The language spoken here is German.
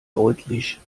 deutlich